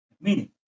meaning